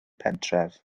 pentref